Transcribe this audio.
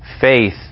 faith